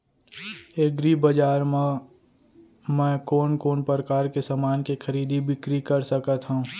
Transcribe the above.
एग्रीबजार मा मैं कोन कोन परकार के समान के खरीदी बिक्री कर सकत हव?